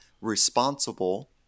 responsible